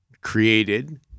created